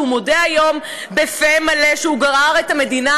כשהוא מודה היום בפה מלא שהוא גרר את המדינה